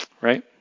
right